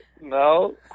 No